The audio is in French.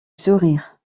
sourire